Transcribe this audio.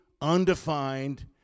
undefined